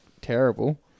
terrible